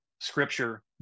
scripture